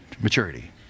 maturity